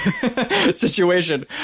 situation